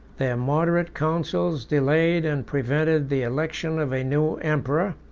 their moderate councils delayed and prevented the election of a new emperor,